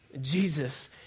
Jesus